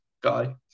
guy